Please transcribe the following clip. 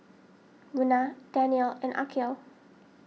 Munah Daniel and Aqil